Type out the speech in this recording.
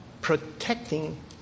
protecting